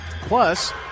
Plus